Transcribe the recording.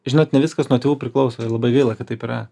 žinot ne viskas nuo tėvų priklauso ir labai gaila kad taip yra